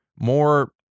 more